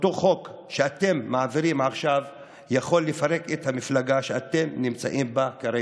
ואותו חוק שאתם מעבירים עכשיו יכול לפרק את המפלגה שאתם נמצאים בה כרגע.